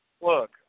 Look